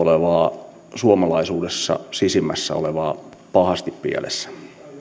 laatua olevaa suomalaisuudessa sisimmässä olevaa pahasti pielessä